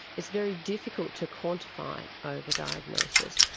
it's very difficult to quantify over-diagnosis.